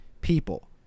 people